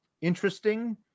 interesting